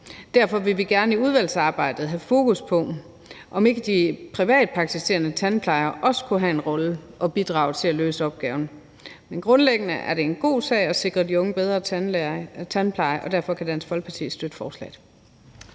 Derfor vil vi gerne i udvalgsarbejdet have fokus på, om ikke også de privatpraktiserende tandplejere skulle have en rolle og bidrage til at løse opgaven. Men grundlæggende er det en god sag at sikre de unge bedre tandpleje, og derfor kan Dansk Folkeparti støtte forslaget.